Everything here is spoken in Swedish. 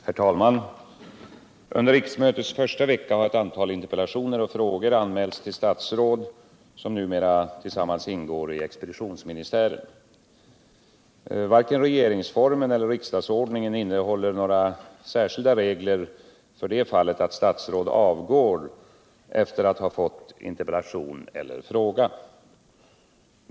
Herr talman! Under riksmötets första vecka har ett antal interpellationer och frågor anmälts till statsråd som numera tillsammans ingår i expeditionsministären. Varken regeringsformen eller riksdagsordningen innehåller några särskilda regler för det fallet att statsråd avgår efter att ha fått interpellation eller fråga.